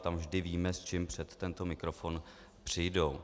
Tam vždy víme, s čím před tento mikrofon přijdou.